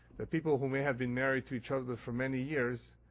that people who may have been married to each other for many years,